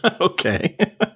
Okay